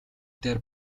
дээр